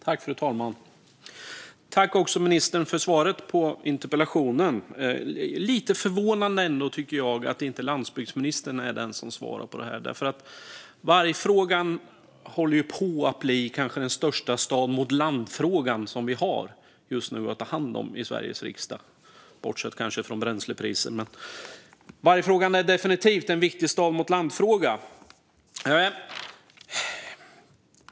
Fru talman! Tack, ministern, för svaret på interpellationen! Det är ändå lite förvånande, tycker jag, att det inte är landsbygdsministern som svarar. Vargfrågan håller på att bli den största stad-mot-land-fråga som vi nu har att ta hand om i Sveriges riksdag, kanske bortsett från bränslepriset. Vargfrågan är alltså definitivt en viktig stad-mot-land-fråga.